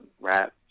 rap